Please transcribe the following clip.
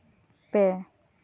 ᱯᱮ